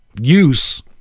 use